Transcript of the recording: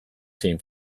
zein